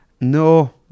No